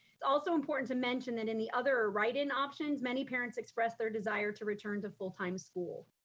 it's also important to mention that in the other writing options, many parents expressed their desire to return to full-time school.